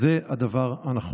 זה הדבר הנכון.